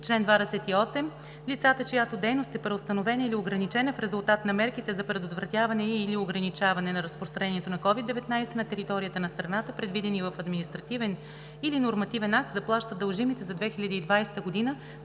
Чл. 28. Лицата, чиято дейност е преустановена или ограничена в резултат на мерките за предотвратяване и/или ограничаване на разпространението на CОVID-19 на територията на страната, предвидени в административен или нормативен акт, заплащат дължимите за 2020 г.